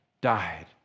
died